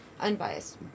Unbiased